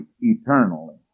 eternally